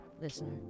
listener